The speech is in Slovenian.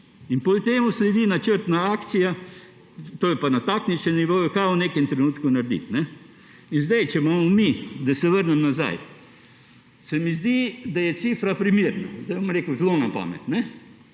In potem temu sledi načrtna akcija, to je pa na taktičnem nivoju, kaj v nekem trenutku narediti. In da se vrnem nazaj, se mi zdi, da je cifra primerna. Zdaj bom rekel zelo na pamet.